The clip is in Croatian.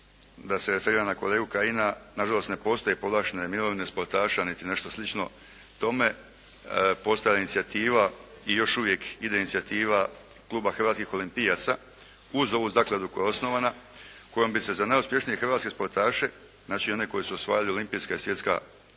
da se referiram na kolegu Kajina. Na žalost ne postoje povlaštene mirovine sportaša niti nešto slično tome. Postoji inicijativa i još uvijek ide inicijativa Kluba hrvatskih olimpijaca uz ovu zakladu koja je osnovana kojom bi se za najuspješnije hrvatske sportaše, znači oni koji su osvajali olimpijska i svjetska